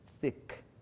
thick